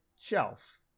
shelf